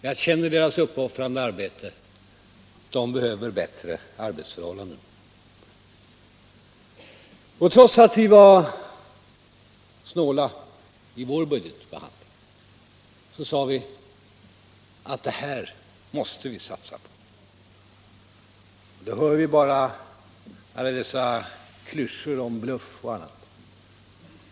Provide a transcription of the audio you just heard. Jag känner till deras uppoffrande arbete. De behöver bättre arbetsförhållanden. Trots att vi var snåla i vår budgetbehandling sade vi: Det här måste vi satsa på. Nu hör vi bara klyschor om bluff och annat.